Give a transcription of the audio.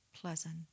pleasant